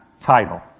title